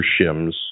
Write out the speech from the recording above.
shims